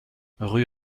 rue